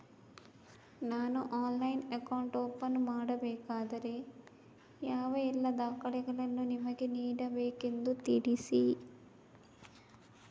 ನಾನು ಆನ್ಲೈನ್ನಲ್ಲಿ account open ಮಾಡಬೇಕಾದರೆ ಯಾವ ಎಲ್ಲ ದಾಖಲೆಗಳನ್ನು ನಿಮಗೆ ನೀಡಬೇಕೆಂದು ತಿಳಿಸಿ?